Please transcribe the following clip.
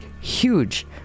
huge